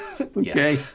Okay